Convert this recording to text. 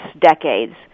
decades